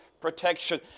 protection